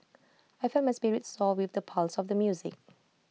I felt my spirits soar with the pulse of the music